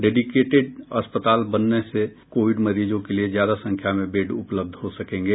dedicated अस्पताल बनाने से कोविड मरीजों के लिए ज्यादा संख्या में बेड उपलब्ध हो सकेंगे